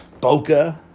bokeh